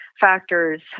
factors